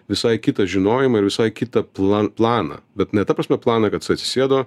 visai kitą žinojimą ir visai kitą plan planą bet ne ta prasme planą kad jis atsisėdo